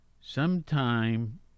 Sometime